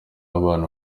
abana